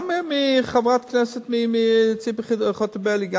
גם חברת כנסת ציפי חוטובלי.